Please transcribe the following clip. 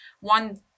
one